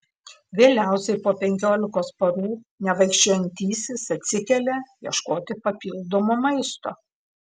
vėliausiai po penkiolikos parų nevaikščiojantysis atsikelia ieškoti papildomo maisto